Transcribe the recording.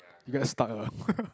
you get stuck ah